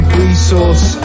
resource